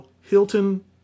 Hilton